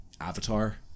avatar